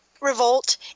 revolt